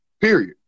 period